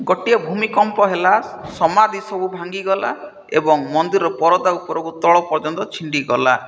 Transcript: ଗୋଟିଏ ଭୂମିକମ୍ପ ହେଲା ସମାଧି ସବୁ ଭାଙ୍ଗିଗଲା ଏବଂ ମନ୍ଦିରର ପରଦା ଉପରୁ ତଳ ପର୍ଯ୍ୟନ୍ତ ଛିଣ୍ଡିଗଲା